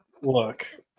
look